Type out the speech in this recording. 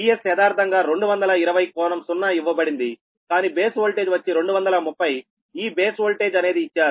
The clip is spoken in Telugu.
Vs యదార్ధంగా 220∟0 ఇవ్వబడింది కానీ బేస్ ఓల్టేజ్ వచ్చి 230ఈ బేస్ ఓల్టేజ్ అనేది ఇచ్చారు